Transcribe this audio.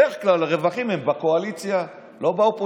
בדרך כלל הרווחים הם בקואליציה, לא באופוזיציה.